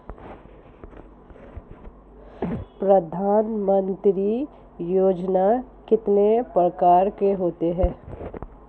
प्रधानमंत्री योजना कितने प्रकार की होती है?